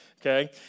Okay